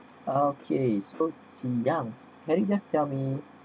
okay so ziyang can you just tell me